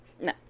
No